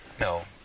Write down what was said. No